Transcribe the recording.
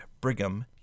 Brigham